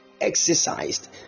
exercised